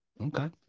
Okay